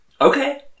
Okay